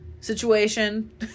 situation